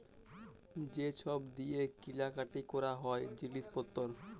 যে ছব দিঁয়ে কিলা কাটি ক্যরা হ্যয় জিলিস পত্তর